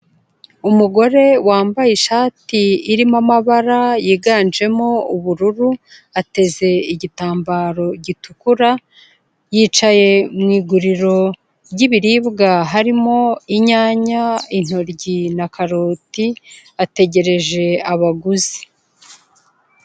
Umugore wambaye ishati, irimo amabara yiganjemo ubururu, ateze igitambaro gitukura, yicaye mu iguriro ry'ibiribwa, harimo inyanya, intoryi na karoti, ategereje abaguzi.